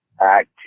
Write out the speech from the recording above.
act